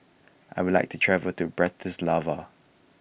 I would like to travel to Bratislava